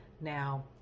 Now